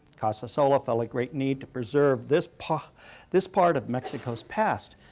casasola felt a great need to preserve this part this part of mexico's past.